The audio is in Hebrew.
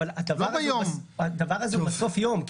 אבל הדבר הזה הוא בסוף יום,